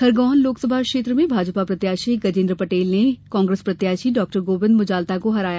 खरगोन लोकसभा क्षेत्र में भाजपा प्रत्याशी गजेन्द्र पटेल ने कांग्रेस प्रत्याशी डॉ गोविंद मुजालदा को हराया